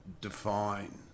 define